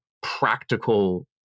practical